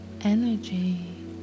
energy